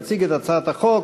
יציג את הצעת החוק,